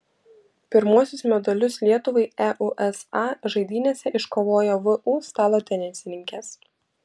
pirmuosius medalius lietuvai eusa žaidynėse iškovojo vu stalo tenisininkės